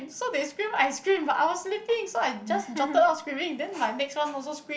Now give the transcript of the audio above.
so they scream I scream but I was sleeping so I just jolted out screaming then my next one also scream